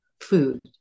food